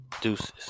Deuces